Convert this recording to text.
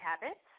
habits